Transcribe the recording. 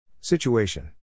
Situation